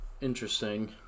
Interesting